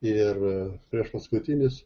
ir priešpaskutinis